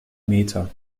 meter